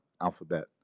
alphabet